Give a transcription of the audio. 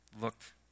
looked